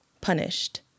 punished